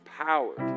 empowered